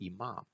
imam